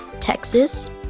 Texas